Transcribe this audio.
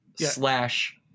slash